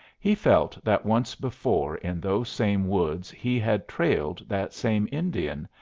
he felt that once before in those same woods he had trailed that same indian,